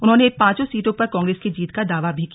उन्होंने पांचों सीटों पर कांग्रेस की जीत का दावा भी किया